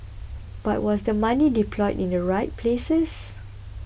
but was the money deployed in the right places